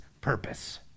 purpose